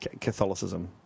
Catholicism